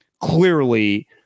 Clearly